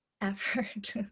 effort